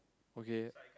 okay